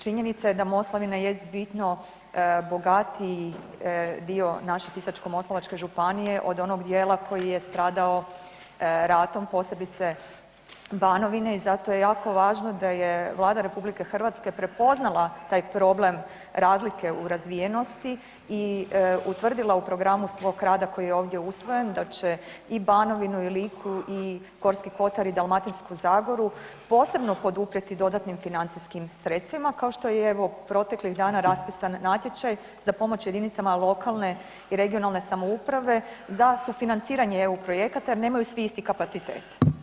Činjenica je da Moslavina jest bitno bogatiji dio naše Sisačko-moslavačke županije od onog dijela koji je stradao ratom, posebice Banovine i zato je jako važno da je Vlada RH prepoznala taj problem razlike u razvijenosti i utvrdila u programu svog rada koji je ovdje usvojen da će i Banovinu i Liku i Gorski kotar i Dalmatinsku zagoru posebno poduprijeti dodatnim financijskim sredstvima, kao što je, evo, proteklih dana raspisan natječaj za pomoć jedinicama lokalne i regionalne samouprave za sufinanciranje EU projekata jer nemaju svi isti kapacitet.